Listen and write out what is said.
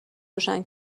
روشن